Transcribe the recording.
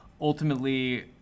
ultimately